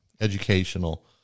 educational